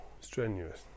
strenuous